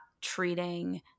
treating